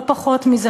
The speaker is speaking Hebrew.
לא פחות מזה,